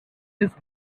his